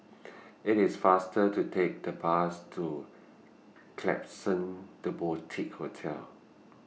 IT IS faster to Take The Bus to Klapsons The Boutique Hotel